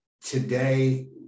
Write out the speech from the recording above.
today